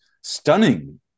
stunning